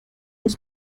muss